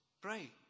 pray